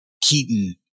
Keaton